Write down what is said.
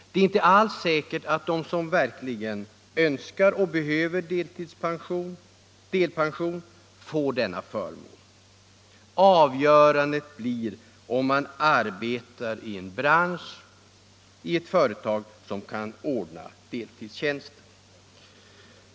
Det är inte alls säkert att de som verkligen önskar och behöver delpension får denna förmån. Avgörande blir om man arbetar i en bransch och i ett företag som kan ordna deltidstjänster.